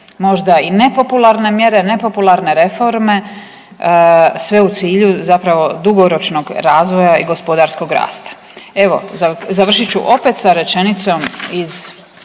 možda i nepopularne mjere, nepopularne reforme, sve u cilju zapravo dugoročnog razvoja i gospodarskog rasta? Evo, završit ću opet sa rečenicom iz